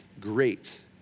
great